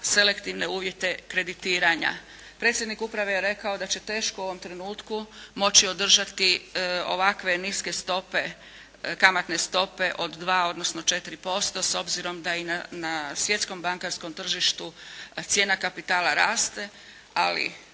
selektivne uvjete kreditiranja. Predsjednik uprave je rekao da će teško u ovom trenutku moći održati ovakve niske stope kamatne stope od 2 odnosno 4%, s obzirom da i na svjetskom bankarskom tržištu cijena kapitala raste, ali